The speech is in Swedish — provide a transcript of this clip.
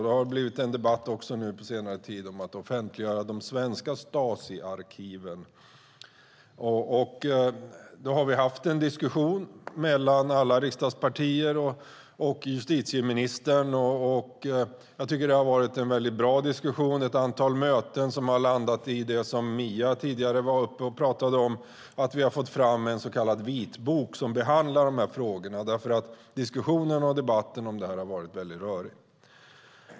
Det har på senare tid även blivit en debatt om att offentliggöra de svenska Stasiarkiven. Då har vi haft en diskussion mellan alla riksdagspartier och justitieministern. Det har varit en bra diskussion. Det har varit ett antal möten som har landat i det som Mia Sydow Mölleby tidigare talade om här, nämligen att vi har fått fram en så kallad vitbok som behandlar dessa frågor därför att diskussionen och debatten om detta har varit rörig.